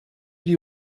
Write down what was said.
die